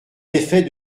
effet